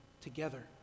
together